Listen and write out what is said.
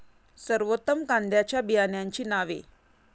सर्वोत्तम कांद्यांच्या बियाण्यांची नावे?